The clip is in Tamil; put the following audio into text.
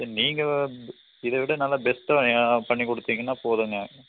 நீங்கள் இதை விட நல்லா பெஸ்டாக பண்ணி கொடுத்தீங்கனா போதும்ங்க